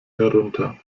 herunter